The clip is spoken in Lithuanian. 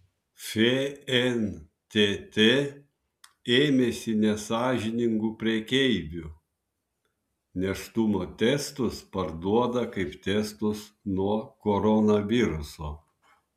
fntt ėmėsi nesąžiningų prekeivių nėštumo testus parduoda kaip testus nuo koronaviruso